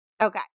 Okay